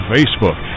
Facebook